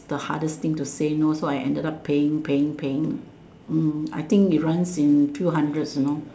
the hardest thing to say no so I ended up paying paying paying mm I think it runs in two hundreds you know